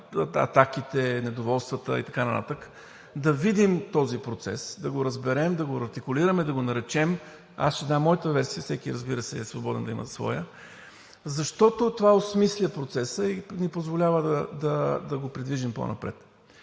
атаките, недоволствата и така нататък да видим този процес, да го разберем, да го артикулираме, да го наречем, аз ще дам моята версия, всеки, разбира се, е свободен да има своя, защото това осмисля процеса и ни позволява да го придвижим по-напред.